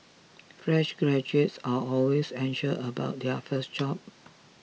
fresh graduates are always about their first job